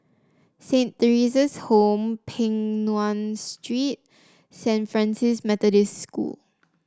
Saint Theresa's Home Peng Nguan Street Saint Francis Methodist School